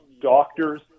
doctors